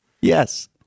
Yes